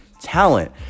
talent